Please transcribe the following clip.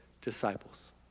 disciples